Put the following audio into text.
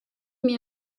mir